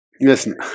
Listen